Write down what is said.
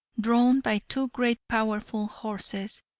drawn by two great powerful horses,